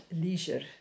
leisure